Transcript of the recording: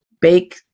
bake